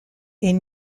est